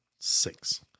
Six